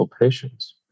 patients